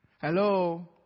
Hello